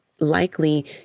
Likely